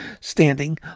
standing